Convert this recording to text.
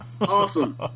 Awesome